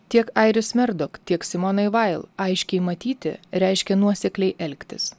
tiek airis merdok tiek simonai vail aiškiai matyti reiškė nuosekliai elgtis